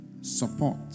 support